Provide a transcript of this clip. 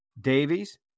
Davies